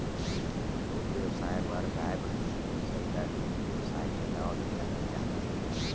दूद बेवसाय बर गाय, भइसी पोसइ ल डेयरी बेवसाय के नांव ले जाने जाथे